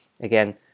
again